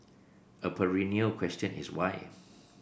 a perennial question is why